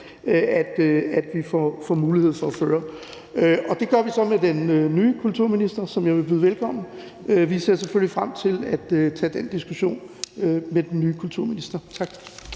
at vi får mulighed for at føre. Og det gør vi så med den nye kulturminister, som jeg vil byde velkommen. Vi ser selvfølgelig frem til at tage den diskussion med den nye kulturminister. Tak.